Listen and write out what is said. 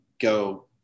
go